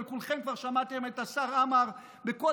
אבל כולכם כבר שמעתם את השר עמאר בכל